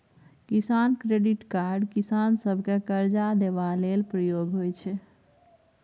किसान credit card किसान सभकेँ करजा देबा लेल प्रयोग होइ छै